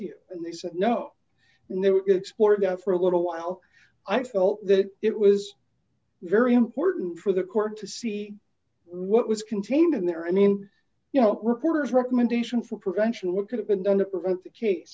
you and they said no and they were explored that for a little while i felt that it was very important for the court to see what was contained in there i mean you know reporters recommendation for prevention look at have been done to prevent the case